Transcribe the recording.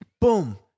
Boom